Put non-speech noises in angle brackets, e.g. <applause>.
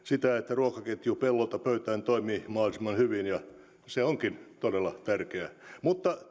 ruokaketju pellolta pöytään toimii se onkin todella tärkeää mutta <unintelligible>